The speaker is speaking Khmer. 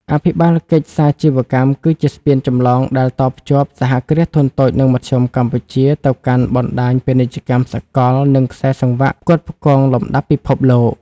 អភិបាលកិច្ចសាជីវកម្មគឺជាស្ពានចម្លងដែលតភ្ជាប់ សហគ្រាសធុនតូច និងមធ្យម កម្ពុជា ទៅកាន់បណ្ដាញពាណិជ្ជកម្មសកល និងខ្សែសង្វាក់ផ្គត់ផ្គង់លំដាប់ពិភពលោក។